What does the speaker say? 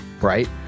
right